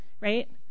Right